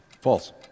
False